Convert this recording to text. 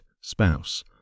spouse